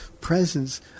presence